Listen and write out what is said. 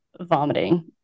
vomiting